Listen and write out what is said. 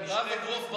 רב-אגרוף בכיר.